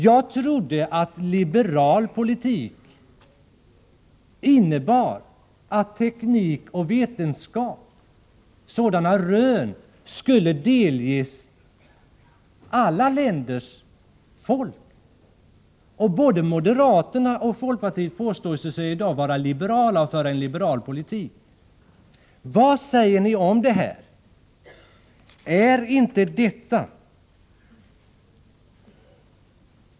Jag trodde att liberal politik innebar att rön inom teknik och vetenskap skulle delges alla länders folk. Både moderaterna och folkpartiet påstår sig i dag vara liberala och att föra en liberal politik. Vad säger ni om det här?